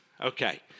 Okay